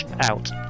out